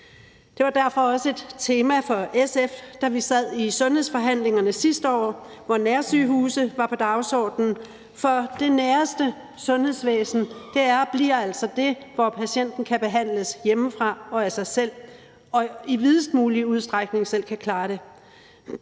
Det var derfor også et tema for SF, da vi sad i sundhedsforhandlingerne sidste år, hvor nærsygehuse var på dagsordenen, for det næreste sundhedsvæsen er og bliver altså det, hvor patienten kan behandles hjemmefra og i videst mulig udstrækning selv kan klare det.